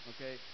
Okay